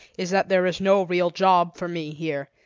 is that there is no real job for me here.